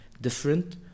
different